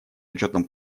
учетом